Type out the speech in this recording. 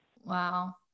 Wow